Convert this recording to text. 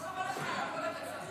לא חבל לך על הקול?